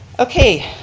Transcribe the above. okay.